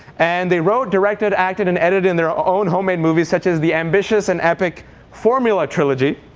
and they wrote, directed, acted, and edited in their own homemade movies, such as the ambitious and epic formula trilogy,